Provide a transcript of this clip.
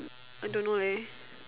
I don't know leh